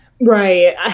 right